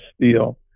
steel